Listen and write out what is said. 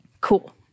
Cool